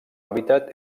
hàbitat